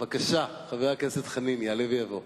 בבקשה, חבר הכנסת יעלה ויבוא.